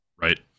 Right